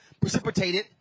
precipitated